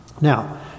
Now